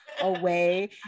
away